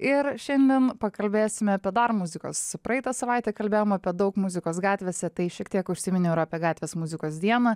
ir šiandien pakalbėsime apie dar muzikos praeitą savaitę kalbėjom apie daug muzikos gatvėse tai šiek tiek užsiminiau ir apie gatvės muzikos dieną